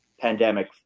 pandemic